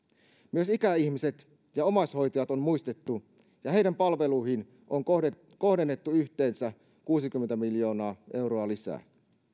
myös ikäihmiset ja omaishoitajat on muistettu ja heidän palveluihin on kohdennettu kohdennettu yhteensä kuusikymmentä miljoonaa euroa lisää